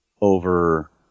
over